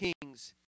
kings